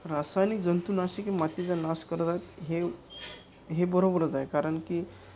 रासायनिक जंतुनाशक मातीचा नाश करत आहेत हे हे बरोबरच आहे कारण की